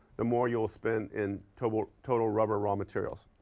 the more you'll spend in total total rubber raw materials.